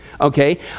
okay